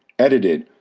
edited,